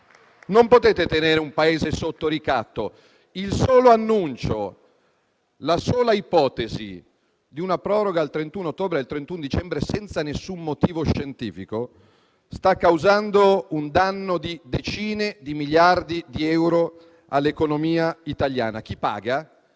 non potete tenere un Paese sotto ricatto. Il solo annuncio, la sola ipotesi di una proroga, sia essa al 31 dicembre o anche al 31 ottobre, senza nessun motivo scientifico, sta causando un danno di decine di miliardi di euro all'economia italiana. Chi paga?